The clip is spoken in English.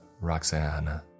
Roxanne